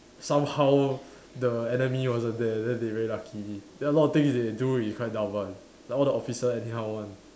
somehow the enemy wasn't there then they very lucky then a lot of things they do is quite dumb one like all the officer anyhow one